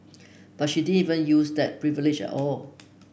but she didn't even use that 'privilege' at all